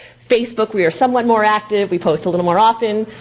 facebook, we are somewhat more active. we post a little more often.